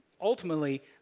ultimately